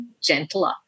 gentler